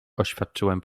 oświadczyłem